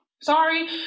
Sorry